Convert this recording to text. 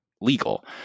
legal